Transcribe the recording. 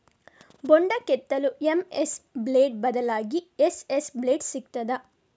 ಬೊಂಡ ಕೆತ್ತಲು MS blade ಬದ್ಲಾಗಿ ಎಸ್.ಎಸ್ ಬ್ಲೇಡ್ ಸಿಕ್ತಾದ?